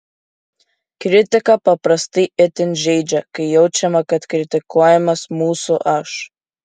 kritika paprastai itin žeidžia kai jaučiama kad kritikuojamas mūsų aš